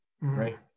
right